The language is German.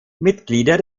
mitglieder